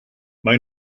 mae